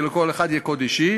כי לכל אחד יהיה קוד אישי.